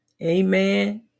amen